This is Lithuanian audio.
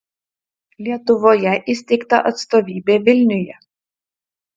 lietuvoje įsteigta atstovybė vilniuje